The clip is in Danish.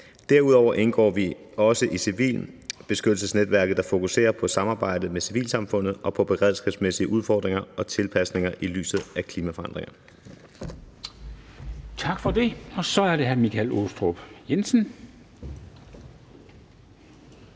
Derudover indgår vi i civilbeskyttelsesnetværket, der fokuserer på samarbejdet med civilsamfundet og på beredskabsmæssige udfordringer og tilpasninger i lyset af klimaforandringerne.